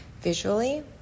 visually